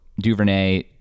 DuVernay